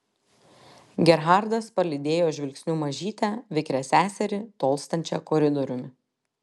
gerhardas palydėjo žvilgsniu mažytę vikrią seserį tolstančią koridoriumi